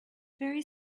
very